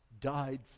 died